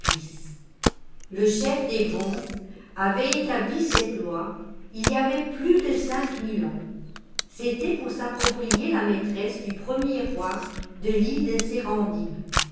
le chef des bonzes avait établi cette loi il y avait plus de cinq mille ans c'était pour s'approprier la maîtresse du premier roi de l'île de